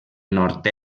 nord